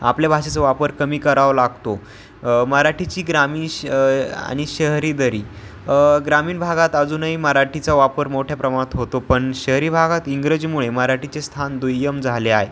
आपल्या भाषेचा वापर कमी करावा लागतो मराठीची ग्रामीश आणि शहरी दरी ग्रामीण भागात अजूनही मराठीचा वापर मोठ्या प्रमाणात होतो पण शहरी भागात इंग्रजीमुळे मराठीचे स्थान दुय्यम झाले आहे